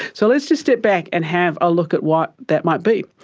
so let's just step back and have a look at what that might be.